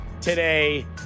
today